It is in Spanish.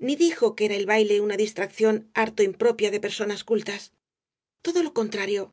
ni dijo que era el baile una distracción harto impropia de personas cultas todo al contrario